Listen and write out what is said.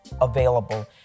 available